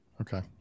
Okay